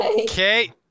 Okay